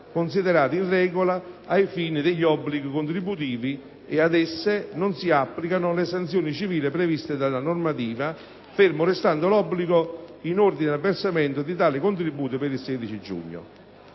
considerate in regola ai fini degli obblighi contributivi e ad esse non si applicano le sanzioni civili previste dalla normativa, fermo restando l'obbligo in ordine al versamento di tali contributi per il 16 giugno.